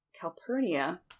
Calpurnia